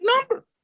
number